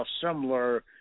similar